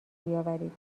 بیاورید